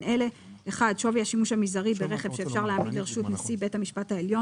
אלה: שווי השימוש המזערי ברכב שאפשר להעמיד לרשות נשיא בית המשפט העליון,